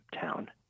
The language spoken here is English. town